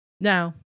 Now